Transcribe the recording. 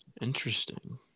Interesting